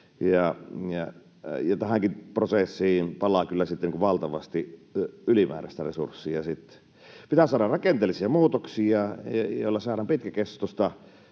tähänkin prosessiin palaa kyllä sitten valtavasti ylimääräistä resurssia. Pitää saada rakenteellisia muutoksia, joilla saadaan pitkäkestoista,